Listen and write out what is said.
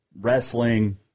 wrestling